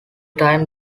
time